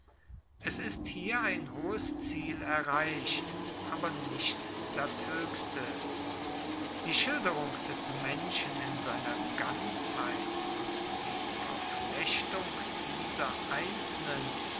es ist hier ein hohes ziel erreicht aber nicht das hoechste die schilderung des menschen in seiner ganzheit und die verflechtung dieser einzelnen